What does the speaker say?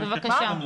בבקשה.